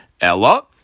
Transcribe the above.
ella